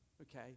Okay